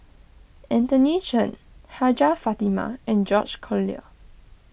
Anthony Chen Hajjah Fatimah and George Collyer